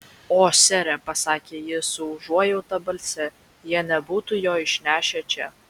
o sere pasakė ji su užuojauta balse jie nebūtų jo išnešę čia